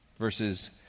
verses